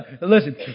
Listen